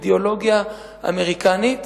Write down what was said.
אידיאולוגיה אמריקנית,